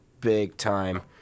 big-time